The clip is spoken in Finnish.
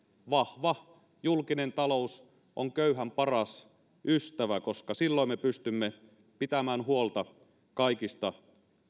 vahva julkinen talous on köyhän paras ystävä koska silloin me pystymme pitämään huolta kaikista